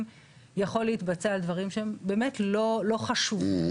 יכול להתבצע על דברים שהם באמת לא חשובים,